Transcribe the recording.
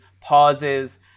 pauses